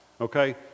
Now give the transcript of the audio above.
Okay